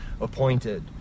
appointed